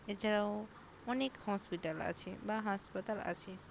এছাড়াও অনেক হসপিটাল আছে বা হাসপাতাল আছে